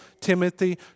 Timothy